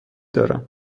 دارم